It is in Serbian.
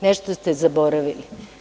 Nešto ste zaboravili.